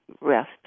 rest